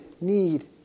need